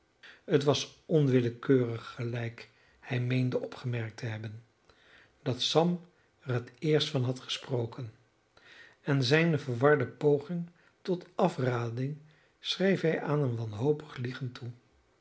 het was onwillekeurig gelijk hij meende opgemerkt te hebben dat sam er het eerst van had gesproken en zijne verwarde poging tot afrading schreef hij aan een wanhopig liegen toe